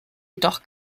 jedoch